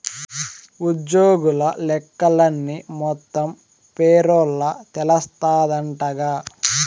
ఉజ్జోగుల లెక్కలన్నీ మొత్తం పేరోల్ల తెలస్తాందంటగా